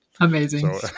Amazing